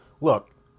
Look